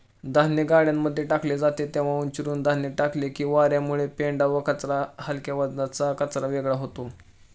धान्य गाड्यांमध्ये टाकले जाते तेव्हा उंचीवरुन धान्य टाकले की वार्यामुळे पेंढा व हलक्या वजनाचा कचरा वेगळा होतो